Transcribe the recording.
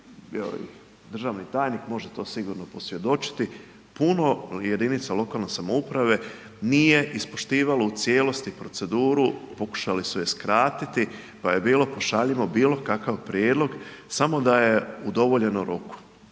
gdje državni tajnik može to sigurno posvjedočiti, puno jedinica lokalne samouprave nije ispoštivalo u cijelosti proceduru, pokušali su je skratiti pa je bilo pošaljimo bilo kakav prijedlog samo da je udovoljeno roku.